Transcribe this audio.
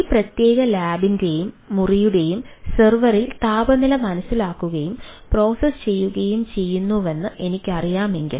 ആ പ്രത്യേക ലാബിന്റെയോ മുറിയുടെയോ സെർവറിൽ താപനില മനസ്സിലാക്കുകയും പ്രോസസ്സ് ചെയ്യുകയും ചെയ്യുന്നുവെന്ന് എനിക്കറിയാമെങ്കിൽ